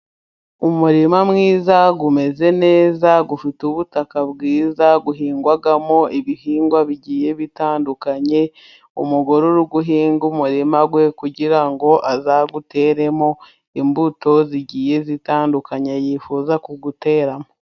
Umurima mwiza umeze neza, ufite ubutaka bwiza uhingwamo ibihingwa bigiye bitandukanye, umugore ari guhinga umurima we kugirango azawuteremo imbuto zigiye zitandukanye yifuza kuwuteramo.